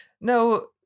no